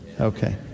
Okay